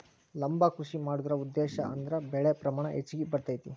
ಲಂಬ ಕೃಷಿ ಮಾಡುದ್ರ ಉದ್ದೇಶಾ ಅಂದ್ರ ಬೆಳೆ ಪ್ರಮಾಣ ಹೆಚ್ಗಿ ಬರ್ತೈತಿ